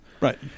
Right